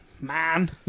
Man